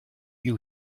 you